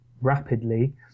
rapidly